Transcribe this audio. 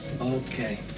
Okay